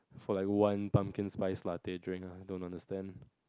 for like one pumpkin spice latte drink !ha! I don't understand